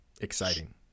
exciting